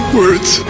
words